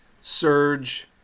surge